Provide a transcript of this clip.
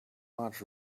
much